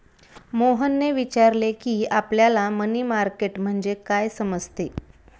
मोहनने विचारले की, आपल्याला मनी मार्केट म्हणजे काय समजते?